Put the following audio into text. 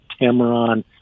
Tamron